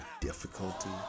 difficulty